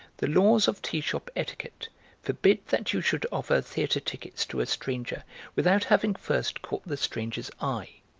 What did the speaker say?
the laws of tea-shop etiquette forbid that you should offer theatre tickets to a stranger without having first caught the stranger's eye.